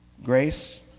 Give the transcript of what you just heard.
grace